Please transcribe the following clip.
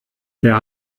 der